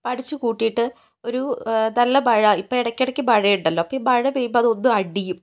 അപ്പം അടിച്ചു കൂട്ടിയിട്ട് ഒരു നല്ല മഴ ഇപ്പം ഇടക്കിടക്ക് മഴയുണ്ടല്ലോ അപ്പം ഈ മഴ പെയ്യുമ്പോൾ അതൊന്ന് അടിയും